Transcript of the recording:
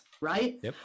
Right